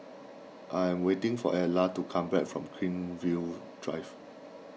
I am waiting for Edla to come back from Greenfield Drive